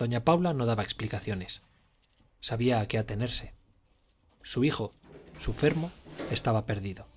doña paula no daba explicaciones sabía a qué atenerse su hijo su fermo estaba perdido